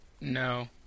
No